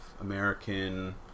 American